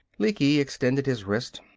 lecky extended his wrist.